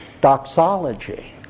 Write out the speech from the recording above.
doxology